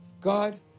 God